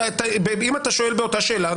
אבל אם אתה שואל באותה שאלה,